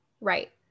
right